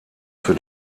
für